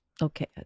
Okay